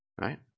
Right